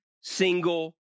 single